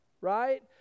right